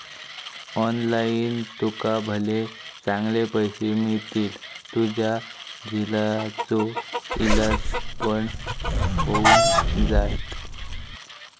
online तुका भले चांगले पैशे मिळतील, तुझ्या झिलाचो इलाज पण होऊन जायत